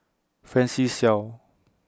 Francis Seow